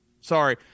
sorry